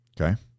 okay